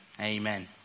amen